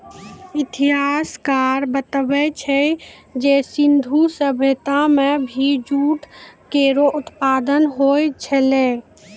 इतिहासकार बताबै छै जे सिंधु सभ्यता म भी जूट केरो उत्पादन होय छलै